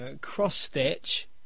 Cross-stitch